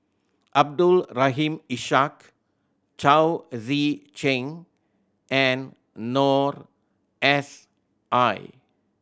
Abdul Rahim Ishak Chao Tzee Cheng and Noor S I